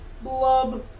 Blub